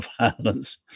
violence